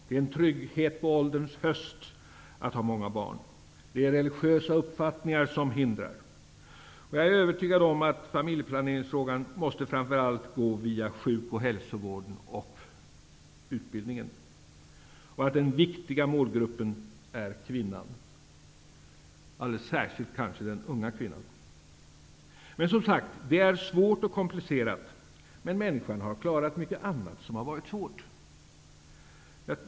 Det är en trygghet på ålderns höst att ha många barn. Religiösa uppfattningar hindrar familjeplanering. Jag är övertygad om att familjeplaneringsfrågan framför allt måste gå via sjuk och hälsovården och utbildningen. Den viktiga målgruppen är kvinnorna -- alldeles särskilt kanske de unga kvinnorna. Det är som sagt svårt och komplicerat, men människan har klarat mycket annat som har varit svårt.